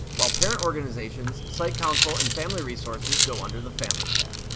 while parent organizations, site council and family resources go under the family tab.